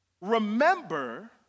Remember